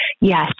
Yes